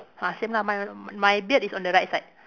ah same lah my my beard is on the right side